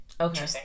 Okay